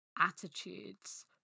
Attitudes